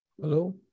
Hello